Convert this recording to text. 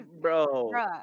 Bro